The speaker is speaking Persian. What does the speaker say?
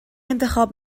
انتخاب